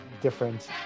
different